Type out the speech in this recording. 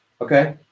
Okay